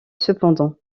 cependant